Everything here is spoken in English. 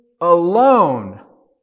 alone